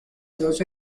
todos